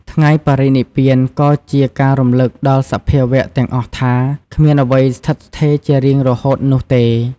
ថ្ងៃបរិនិព្វានក៏ជាការរំលឹកដល់សភាវៈទាំងអស់ថា គ្មានអ្វីស្ថិតស្ថេរជារៀងរហូតនោះទេ។